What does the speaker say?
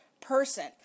person